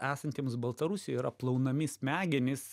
esantiems baltarusijoj yra plaunami smegenys